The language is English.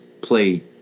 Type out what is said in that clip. play